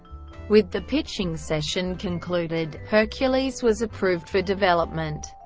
with the pitching session concluded, hercules was approved for development,